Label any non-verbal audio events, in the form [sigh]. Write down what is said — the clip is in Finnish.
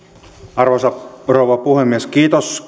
arvoisa rouva puhemies kiitos [unintelligible]